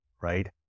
right